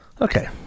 Okay